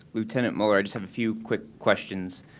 lieutenant muller, i just have a few quick questions.